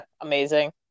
amazing